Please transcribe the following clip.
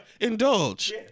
indulge